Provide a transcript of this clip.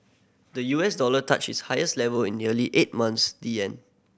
the U S dollar touch its highest level in nearly eight months the yen